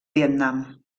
vietnam